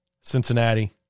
Cincinnati